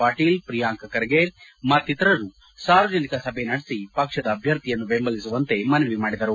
ಪಾಟೀಲ್ ಪ್ರಿಯಾಂಕ ಖರ್ಗೆ ಮತ್ತಿತರರು ಸಾರ್ವಜನಿಕ ಸಭೆ ನಡೆಸಿ ಪಕ್ಷದ ಅಭ್ಯರ್ಥಿಯನ್ನು ಬೆಂಬಲಿಸುವಂತೆ ಮನವಿ ಮಾಡಿದರು